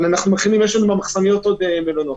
אבל אנחנו מכינים, יש לנו במחסניות עוד מלונות.